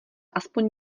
aspoň